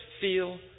feel